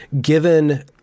given